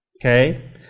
Okay